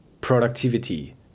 productivity